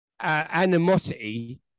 Animosity